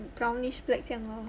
brownish black 这样 lor